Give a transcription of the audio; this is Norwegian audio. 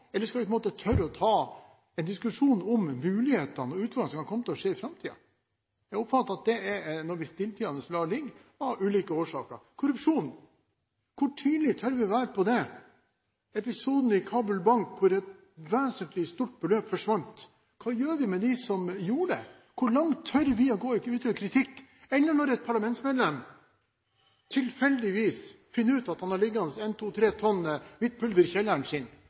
ta en diskusjon om mulighetene og om hva som kan komme til å skje i framtiden? Jeg oppfatter at det er noe vi stilltiende lar ligge av ulike årsaker. Korrupsjon – hvor tydelig tør vi være om det? Episoden i Kabul Bank, hvor et vesentlig stort beløp forsvant – hva gjør vi med dem som gjorde det? Hvor langt tør vi å gå i å uttrykke kritikk når et parlamentsmedlem tilfeldigvis finner ut at han har liggende en–to–tre tonn med hvitt pulver i kjelleren sin